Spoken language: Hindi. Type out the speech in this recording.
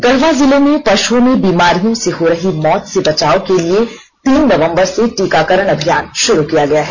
गढ़वा जिले में पशुओं में बीमारियों से हो रही मौत से बचाव के लिये तीन नवंबर से टीकाकरण अभियान शुरू किया गया है